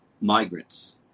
migrants